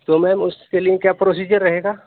تو میم اس کے لیے کیا پروسیجر رہے گا